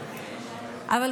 אבל